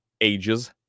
ages